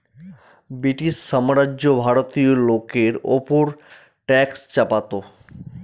British সাম্রাজ্য ভারতীয় লোকের ওপর ট্যাক্স চাপাতো